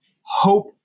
Hope